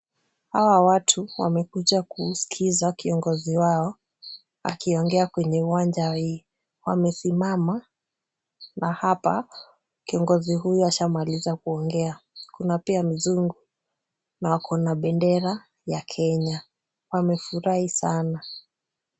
Hawa watu wamekuja kusikiza kiongozi wao akiongea kwenye uwanja hii. Wamesimama na hapa kiongozi huyu ashamaliza kuongea. Kuna pia mzungu na wako na bendera ya Kenya. Wamefurahi sana.